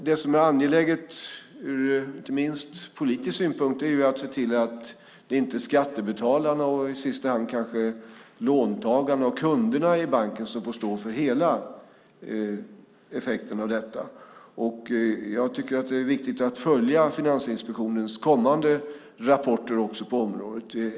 Det som är angeläget, inte minst ur politisk synpunkt, är att se till att det inte är skattebetalarna och i sista hand låntagarna och kunderna i banken som får stå för hela effekten av detta. Jag tycker att det är viktigt att följa Finansinspektionens kommande rapporter på området.